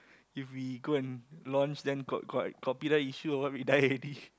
if we go and launch then got got copyright issue or what we die already